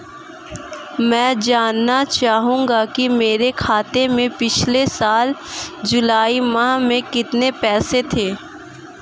मैं जानना चाहूंगा कि मेरे खाते में पिछले साल जुलाई माह में कितने पैसे थे?